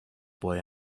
boy